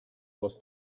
was